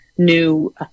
new